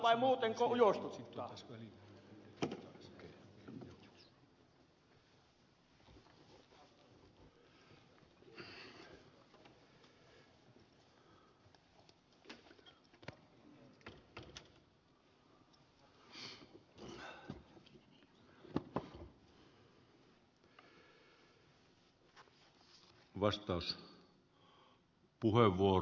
ettekö uskalla vai muutenko ujostuttaa